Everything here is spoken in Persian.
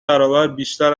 برابربیشتر